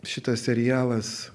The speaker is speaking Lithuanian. šitas serialas